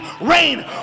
rain